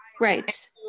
right